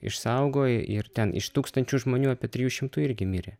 išsaugojo ir ten iš tūkstančių žmonių apie trijų šimtų irgi mirė